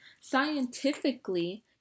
scientifically